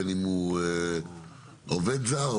בין אם הוא עובד זר,